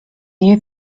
you